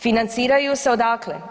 Financiraju se, odakle?